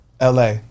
LA